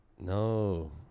No